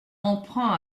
emprunt